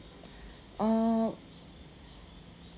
err